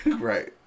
Right